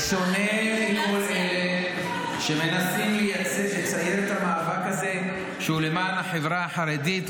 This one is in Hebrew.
בשונה מכל אלה שמנסים לצייר את המאבק הזה כאילו הוא למען החברה החרדית,